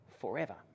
forever